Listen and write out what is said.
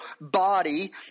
body